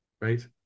right